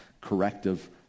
corrective